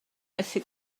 methu